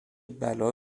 بلا